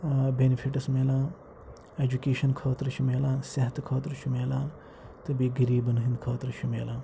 ٲں بیٚنِفِٹٕس میلان ایٚجوکیشَن خٲطرٕ چھُ میلان صحتہٕ خٲطرٕ چھُ میلان تہٕ بیٚیہِ غریٖبَن ہنٛدۍ خٲطرٕ چھُ میلان